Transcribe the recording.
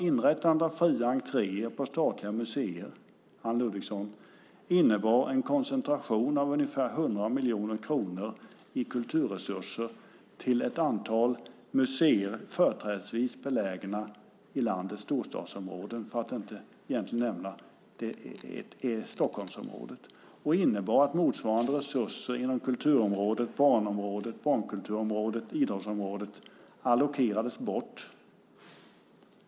Inrättandet av fria entréer på statliga museer innebar, Anne Ludvigsson, en koncentration av ungefär 100 miljoner kronor i kulturresurser till ett antal museer företrädesvis belägna i landets storstadsområden, för att inte säga i Stockholmsområdet. Det i sin tur innebar att motsvarande resurser inom kulturområdet, barnkulturområdet och idrottsområdet allokeras bort.